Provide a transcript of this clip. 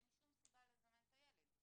אז אין שום סיבה לזמן את הילד.